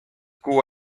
kuu